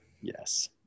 yes